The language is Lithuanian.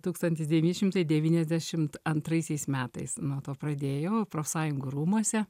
tūkstantis devyni šimtai devyniasdešimt antraisiais metais nuo to pradėjau profsąjungų rūmuose